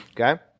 okay